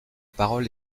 parole